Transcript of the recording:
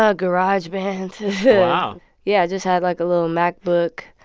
ah garageband wow yeah, i just had, like, a little macbook,